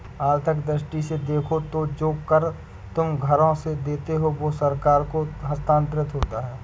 आर्थिक दृष्टि से देखो तो जो कर तुम घरों से देते हो वो सरकार को हस्तांतरित होता है